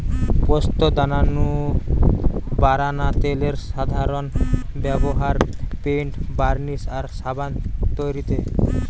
পোস্তদানা নু বারানা তেলের সাধারন ব্যভার পেইন্ট, বার্নিশ আর সাবান তৈরিরে